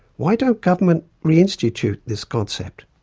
why don't governments reinstitute this concept?